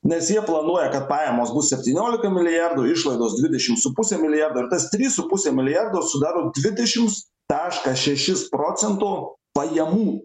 nes jie planuoja kad pajamos bus septyniolika milijardų išlaidos dvidešim su puse milijardo ir tas trys su puse milijardo sudaro dvidešims taškas šešis procento pajamų